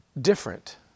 different